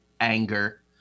anger